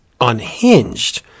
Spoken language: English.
unhinged